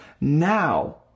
Now